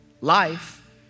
Life